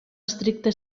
estricta